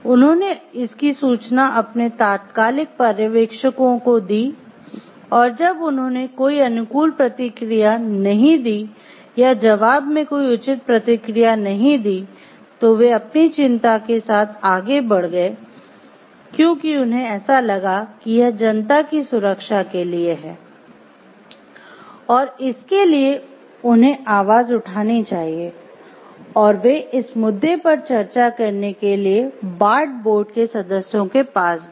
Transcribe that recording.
उन्होंने इसकी सूचना अपने "तात्कालिक पर्यवेक्षकों" को दी और जब उन्होंने कोई अनुकूल प्रतिक्रिया नहीं दी या जवाब में कोई उचित प्रतिक्रिया नहीं दी तो वे अपनी चिंता के साथ आगे बढ़ गए क्योंकि उन्हें ऐसा लगा कि यह जनता की सुरक्षा के लिए है और इसके लिए उन्हें आवाज़ उठानी चाहिए और वे इस मुद्दे पर चर्चा करने के लिए बार्ट बोर्ड के सदस्यों के पास गए